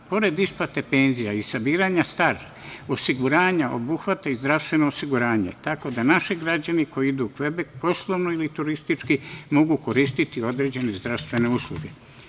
Pored isplate penzija i sabiranja staža osiguranja, obuhvata i zdravstveno osiguranje, tako da naši građani koji idu u Kvebek poslovno ili turistički mogu koristiti određene zdravstvene usluge.